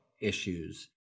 issues